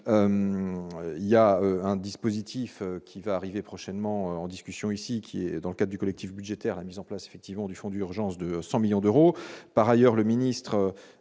il y a un dispositif qui va arriver prochainement en discussion ici, qui est dans le cas du collectif budgétaire a mise en place, effectivement, du fonds d'urgence de 100 millions d'euros par ailleurs le ministre